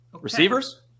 receivers